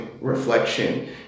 reflection